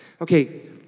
okay